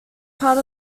part